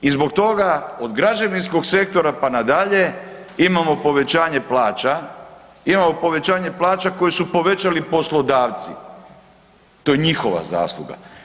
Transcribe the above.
I zbog toga od građevinskog sektora pa na dalje imamo povećanje plaća, imamo povećanje plaća koje su povećali poslodavci, to je njihova zasluga.